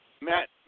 Matt